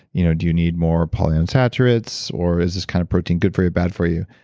you know do you need more polyunsaturates or is this kind of protein good for you, bad for you.